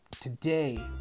Today